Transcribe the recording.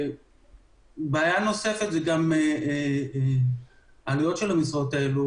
בעיה נוספת העלויות של המשרות הללו,